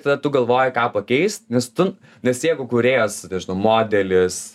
tada tu galvoji ką pakeist nes tu nes jeigu kūrėjas nežinau modelis